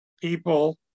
people